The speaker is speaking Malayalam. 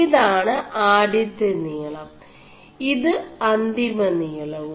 ഇതാണ് ആദçെø നീളം ഇത് അിമ നീളവും